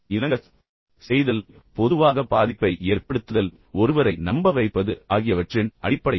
இணங்கச் செய்தல் பொதுவாக பாதிப்பை ஏற்படுத்துதல் ஒருவரை நம்ப வைப்பது ஆகியவற்றின் அடிப்படையில்